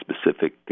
specific